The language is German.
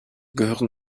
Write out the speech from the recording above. gehören